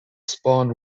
spawned